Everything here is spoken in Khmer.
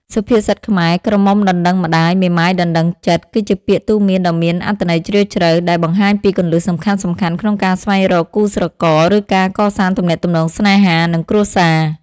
សុភាសិតខ្មែរ "ក្រមុំដណ្ដឹងម្ដាយ មេម៉ាយដណ្ដឹងចិត្ត" គឺជាពាក្យទូន្មានដ៏មានអត្ថន័យជ្រាលជ្រៅ ដែលបង្ហាញពីគន្លឹះសំខាន់ៗក្នុងការស្វែងរកគូស្រករ ឬការកសាងទំនាក់ទំនងស្នេហា និងគ្រួសារ។